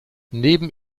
neben